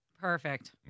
Perfect